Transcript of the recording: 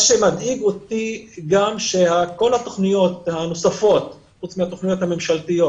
מה שגם מדאיג אותי זה שכל התכניות הנוספות חוץ מהתכניות הממשלתיות